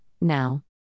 now